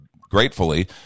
gratefully